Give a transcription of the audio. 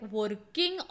working